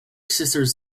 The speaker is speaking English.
sisters